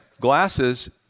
glasses